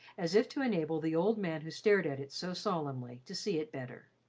as if to enable the old man who stared at it so solemnly to see it better.